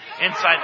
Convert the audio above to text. Inside